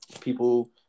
People